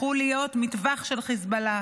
הפכו להיות מטווח של חיזבאללה.